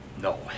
No